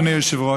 אדוני היושב-ראש,